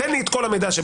תן לי את כל המידע שבעולם.